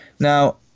Now